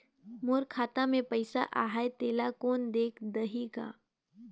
मोर खाता मे पइसा आहाय तेला कोन देख देही गा?